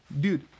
Dude